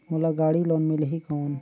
मोला गाड़ी लोन मिलही कौन?